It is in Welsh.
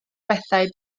bethau